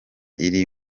iri